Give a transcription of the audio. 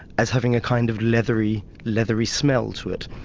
as having a kind of leathery leathery smell to it.